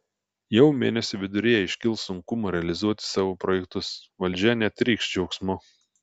jau mėnesio viduryje iškils sunkumų realizuoti savo projektus valdžia netrykš džiaugsmu